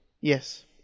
Yes